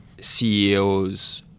CEOs